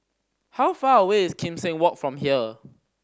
how far away is Kim Seng Walk from here